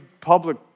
public